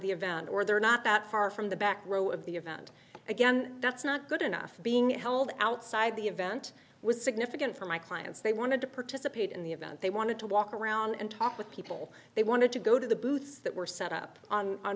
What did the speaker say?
the event or they're not that far from the back row of the event again that's not good enough being held outside the event was significant for my clients they wanted to participate in the event they wanted to walk around and talk with people they wanted to go to the booths that were set up on on